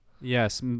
Yes